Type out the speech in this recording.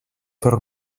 per